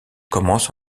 commence